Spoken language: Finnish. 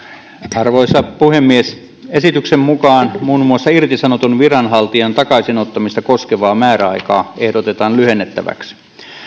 arvoisa puhemies esityksen mukaan muun muassa irtisanotun viranhaltijan takaisinottamista koskevaa määräaikaa ehdotetaan lyhennettäväksi